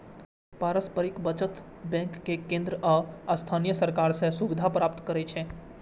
पारस्परिक बचत बैंक कें केंद्र आ स्थानीय सरकार सं सुविधा प्राप्त रहै छै